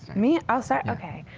me? i'll start? ok.